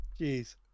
jeez